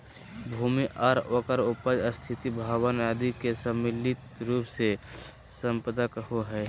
भूमि आर ओकर उपर स्थित भवन आदि के सम्मिलित रूप से सम्पदा कहो हइ